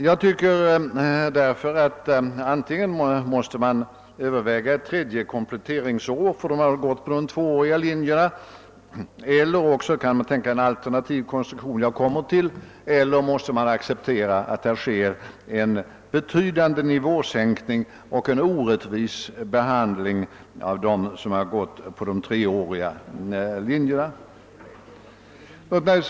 Jag tycker därför att antingen måste man överväga ett tredje kompletteringsår för dem som gått på de tvååriga linjerna eller också kan man tänka sig en alternativ konstruktion, som jag kommer till, eller måste man acceptera att det sker en betydande nivåsänkning och en orättvis behandling av dem som har gått på de treåriga linjerna.